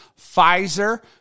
Pfizer